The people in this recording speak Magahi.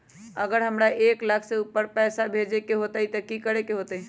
अगर हमरा एक लाख से ऊपर पैसा भेजे के होतई त की करेके होतय?